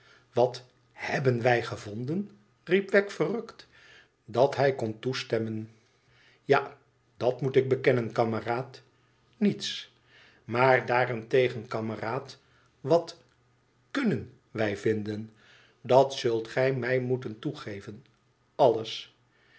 wat hebben wij gevonden riep wegg verrukt dat hij kon toestemmen ja dat moet ik bekennen kameraad niets maar daarentegen kameraad wat kunnen wij vinden dat zult gij mij moeten toeven alles